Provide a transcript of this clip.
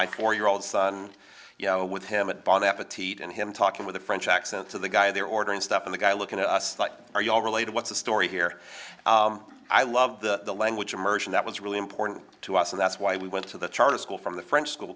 my four year old son you know with him and bond appetit and him talking with a french accent to the guy there ordering stuff and the guy looking at us like are you all related what's the story here i love the language immersion that was really important to us and that's why we went to the charter school from the french school